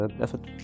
effort